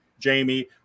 Jamie